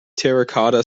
terracotta